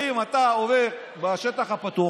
האם אתה עובר בשטח הפתוח?